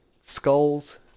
skulls